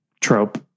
trope